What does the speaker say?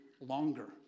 longer